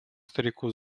старику